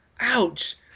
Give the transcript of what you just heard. ouch